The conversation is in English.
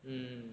mm